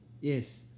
yes